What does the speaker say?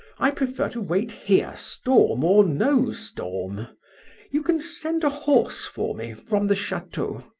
i prefer to wait here, storm or no storm you can send a horse for me from the chateau.